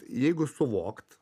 jeigu suvokt